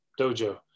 dojo